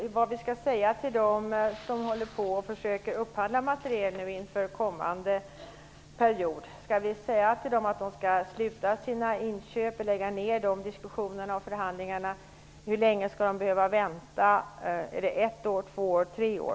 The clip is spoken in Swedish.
Fru talman! Jag vill fråga Jarl Lander vad vi skall säga till dem som försöker upphandla materiel inför kommande period. Skall vi säga att de skall lägga ner diskussionerna och förhandlingarna kring inköpen? Hur länge skall de behöva vänta? Är det ett, två eller tre år?